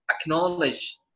acknowledge